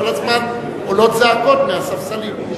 כל הזמן עולות צעקות מהספסלים.